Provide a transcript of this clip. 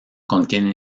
contienen